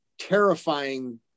terrifying